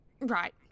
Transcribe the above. Right